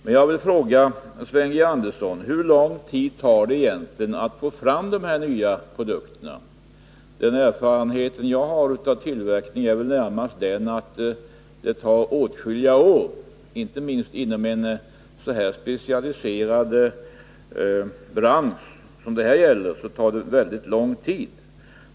Men jag vill fråga Sven G. Andersson: Hur lång tid tar det egentligen att få fram de här nya produkterna? Min erfarenhet av tillverkning är väl närmast den att det tar åtskilliga år. Inte minst inom en så specialiserad bransch som det här är fråga om tar det mycket lång tid.